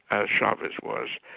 as chavez was,